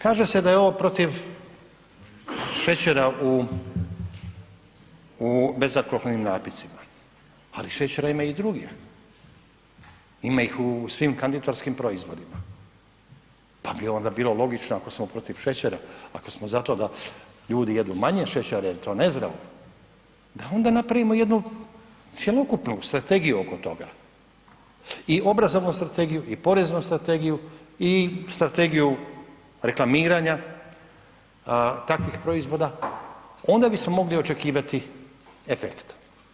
Kaže se da je ovo protiv šećera u bezalkoholnim napitcima, ali šećera ima i drugdje, ima ih u svim kanditorskim proizvodima, pa bi onda bilo logično ako smo protiv šećera, ako smo za to da ljudi jedu manje šećera jer je to nezdravo da onda napravimo jednu cjelokupnu strategiji oko toga i obrazovnu strategiju i poreznu strategiju i strategiju reklamiranja takvih proizvoda, onda bismo mogli očekivati efekta.